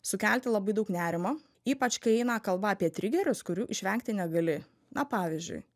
sukelti labai daug nerimo ypač kai eina kalba apie trigerius kurių išvengti negali na pavyzdžiui